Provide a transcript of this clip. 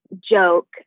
joke